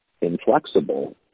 inflexible